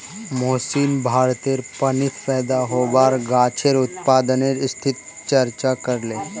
मोहनीश भारतेर पानीत पैदा होबार गाछेर उत्पादनेर स्थितिर चर्चा करले